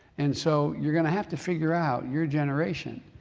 and so, you're going to have to figure out, your generation,